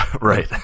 Right